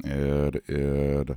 ir ir